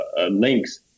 links